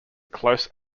close